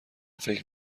فکر